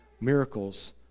miracles